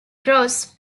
grosse